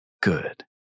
good